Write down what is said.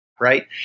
right